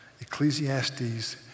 Ecclesiastes